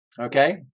Okay